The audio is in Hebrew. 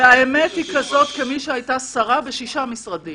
על אנשים בשירות הציבורי,